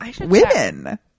women